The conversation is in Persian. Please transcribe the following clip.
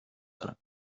دارم